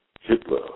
Hitler